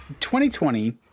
2020 –